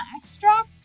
extract